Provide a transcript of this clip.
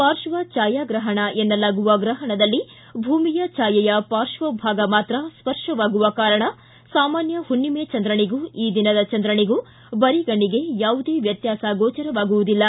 ಪಾರ್ಕ್ವ ಭಾಯಾಗ್ರಹಣ ಎನ್ನಲಾಗುವ ಗ್ರಹಣದಲ್ಲಿ ಭೂಮಿಯ ಭಾಯೆಯ ಪಾರ್ಕ್ವಭಾಗ ಮಾತ್ರ ಸ್ಪರ್ಶವಾಗುವ ಕಾರಣ ಸಾಮಾನ್ಯ ಹುಣ್ಣಿಮೆ ಚಂದ್ರನಿಗೂ ಈ ದಿನದ ಚಂದ್ರನಿಗೂ ಬರಿಗಣ್ಣಿಗೆ ಯಾವುದೇ ವ್ಯತ್ಯಾಸ ಗೋಚರವಾಗುವುದಿಲ್ಲ